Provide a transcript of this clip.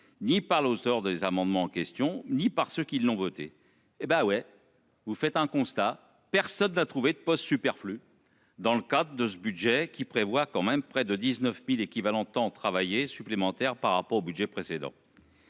ni par l'auteur des amendements question ni par ceux qui l'ont voté. Hé ben oui vous faites un constat, personne n'a trouvé de postes superflus. Dans le cadre de ce budget qui prévoit quand même près de 19.000 équivalents temps travaillé supplémentaire par rapport au budget précédent.